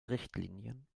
richtlinien